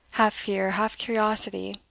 half fear half curiosity,